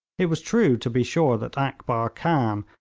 it was true, to be sure, that akbar khan,